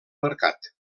mercat